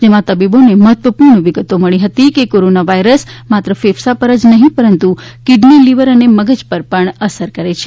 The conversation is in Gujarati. જેમાં તબીબોને મહત્ત્વપૂર્ણ વિગતો મળી હતી કે કોરોનાવાયરસ માત્ર ફેફસાં પર જ નહીં પરંતુ કિડની લિવર અને મગજ પર પણ અસર કરે છે